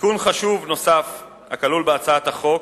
תיקון חשוב נוסף הכלול בהצעת החוק